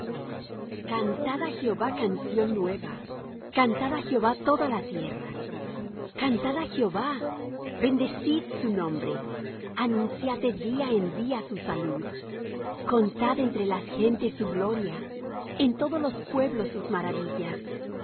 á jehová canción nueva cantad á jehová toda la tierra cantad á jehová bendecid su nombre anunciad de día en día su salud contad entre las gentes su gloria en todos los pueblos sus maravillas